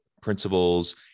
principles